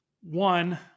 one